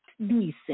decent